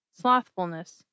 slothfulness